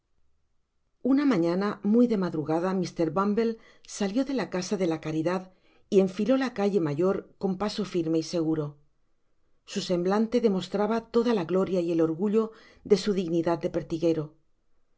na mañana muy de madrugada mr bumblc salió de la casa de la caridad y enfiló la calle mayor con paso firme y seguro su semblante demostraba toda la gloria y el orgullo de su dignidad de pertiguero